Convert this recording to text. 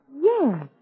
Yes